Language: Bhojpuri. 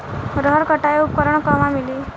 रहर कटाई उपकरण कहवा मिली?